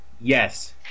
yes